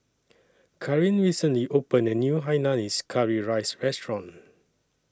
Karin recently opened A New Hainanese Curry Rice Restaurant